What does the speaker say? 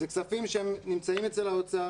הם נמצאים אצל האוצר.